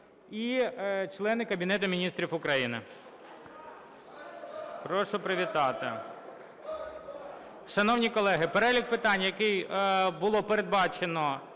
і члени Кабінету Міністрів України.